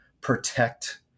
protect